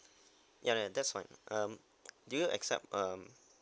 ya ya that's fine um do you accept um